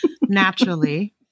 naturally